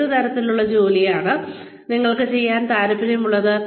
ഏത് തരത്തിലുള്ള ജോലിയാണ് നിങ്ങൾക്ക് ചെയ്യാൻ താൽപ്പര്യമുള്ളത്